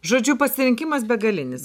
žodžiu pasirinkimas begalinis